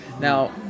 Now